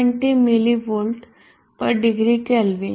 120 millivolt પર degree kelvin